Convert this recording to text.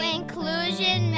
Inclusion